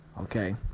Okay